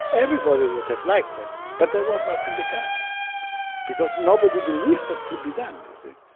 everybody would have liked it, but that was not in the cards because nobody believed that could be done, you see.